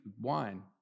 wine